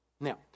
Now